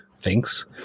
thinks